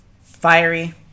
fiery